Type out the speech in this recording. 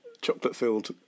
chocolate-filled